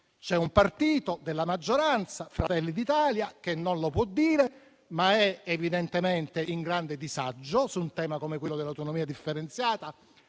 c'è un partito di maggioranza, Fratelli d'Italia, che non lo può dire ma è evidentemente in grande difficoltà su un tema come quello dell'autonomia differenziata,